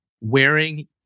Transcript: wearing